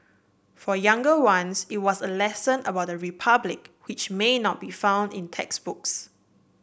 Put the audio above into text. for younger ones it was a lesson about the Republic which may not be found in textbooks